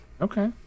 Okay